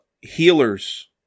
healers